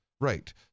Right